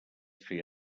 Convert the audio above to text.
fer